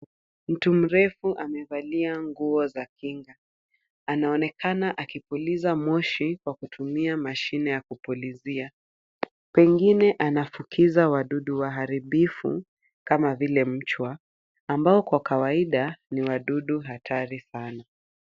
Mtu mrefu amevalia nguo za kinga, anaonekana akipuliza moshi kwa kutumia mashine ya kupulizia. Pengine anavukiza wadudu waharibifu kama vile mchwa ambao kwa kawaida ni wadudu hatari sana.